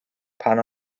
pan